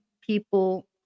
people